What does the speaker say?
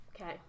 Okay